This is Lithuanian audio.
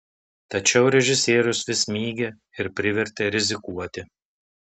tačiau režisierius vis mygė ir privertė rizikuoti